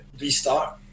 restart